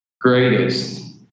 greatest